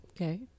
Okay